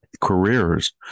careers